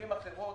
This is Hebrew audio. במילים אחרות,